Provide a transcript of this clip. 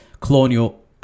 colonial